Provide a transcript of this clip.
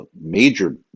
major